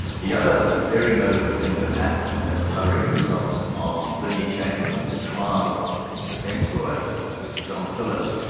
the other very notable thing that happened as a direct result of lindy chamberlain's trial defence lawyer, mr john phillips,